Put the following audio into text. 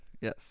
yes